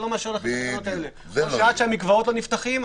אני לא מאשר לכם את התקנות האלה או שעד שהמקוואות לא נפתחים,